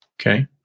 Okay